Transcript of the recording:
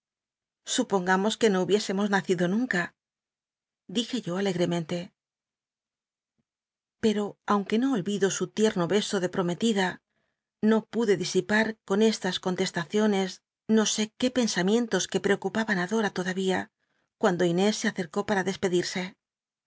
sl íjongamos que no hubiésemos nacido nunca dije yo alegremente peto aunque no olvidó su tiemo beso de prometida no pude disipar con estas contestaciones no sé qué pensamientos que ll'cocupaban á dora todavía cuando inés se accrcó para despcditse